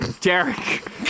Derek